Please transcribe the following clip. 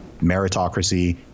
meritocracy